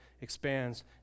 expands